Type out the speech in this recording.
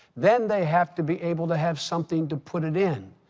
then they have to be able to have something to put it in.